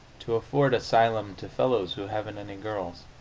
to afford asylum to fellows who haven't any girls.